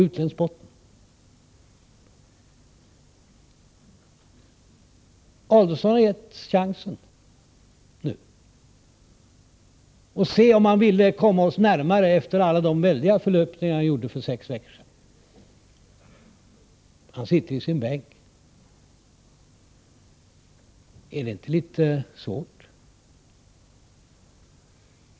Ulf Adelsohn har getts chansen. Jag ville se om han ville komma oss närmare efter alla de väldiga förlöpningar som han gjorde för sex veckor sedan. Han sitter i sin bänk nu. Är det inte litet svårt?